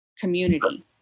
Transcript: community